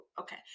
Okay